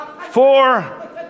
four